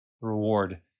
reward